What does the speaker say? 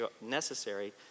necessary